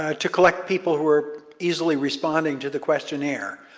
ah to collect people who are easily responding to the questionnaire.